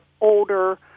older